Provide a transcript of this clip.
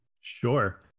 Sure